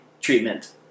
treatment